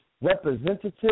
representative